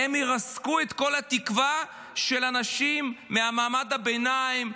הם ירסקו את כל התקווה של אנשים ממעמד הביניים,